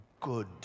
good